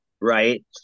right